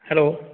hello